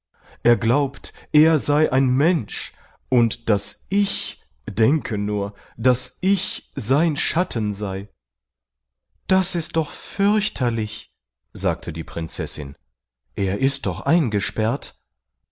er glaubt er sei ein mensch und daß ich denke nur daß ich sein schatten sei das ist doch fürchterlich sagte die prinzessin er ist doch eingesperrt